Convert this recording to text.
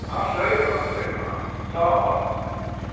آ سٲری بَنَن سٲری بَنَن صاف آسَن سٲری اِنشاء اللہ